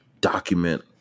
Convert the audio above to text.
document